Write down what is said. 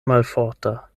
malforta